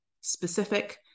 specific